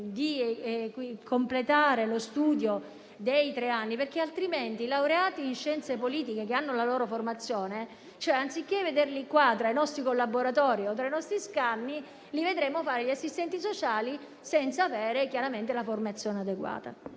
di completare lo studio dei tre anni. Altrimenti i laureati in scienze politiche, che hanno la loro formazione, anziché vederli, come nostri collaboratori o tra i nostri scanni, li vedremo fare gli assistenti sociali, senza averne la formazione adeguata.